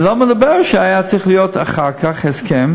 ואני לא מדבר על זה שהיה צריך להיות אחר כך הסכם,